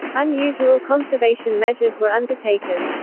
unusual conservation measures were undertaken.